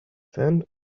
cent